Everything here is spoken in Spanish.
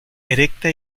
erecta